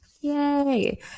Yay